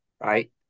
right